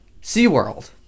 SeaWorld